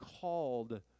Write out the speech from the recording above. called